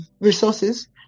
resources